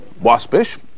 waspish